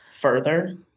further